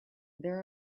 there